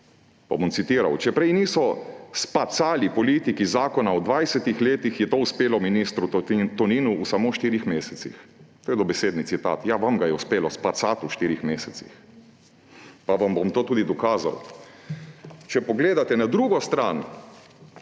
Bom citiral: »Če prej niso spacali politiki zakona v 20 letih, je to uspelo ministru Toninu v samo štirih mesecih.« To je dobesedni citat. Ja, vam ga je uspelo spacati v štirih mesecih pa vam bom to tudi dokazal. Če pogledate na drugo stran